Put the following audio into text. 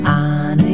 on